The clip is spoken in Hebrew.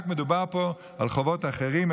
מדובר פה רק על חובות אחרים,